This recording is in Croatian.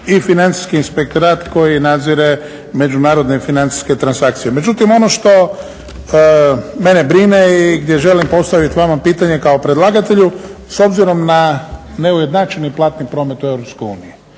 i financijski inspektorat koji nadzire međunarodne i financijske transakcije. Međutim ono što mene brine i gdje želim postaviti vama pitanje kao predlagatelju s obzirom na neujednačeni platni promet u